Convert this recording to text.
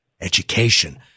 education